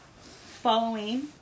following